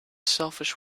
selfish